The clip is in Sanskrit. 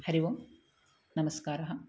हरिः ओम् नमस्कारः